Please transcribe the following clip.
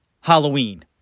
Halloween